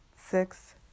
six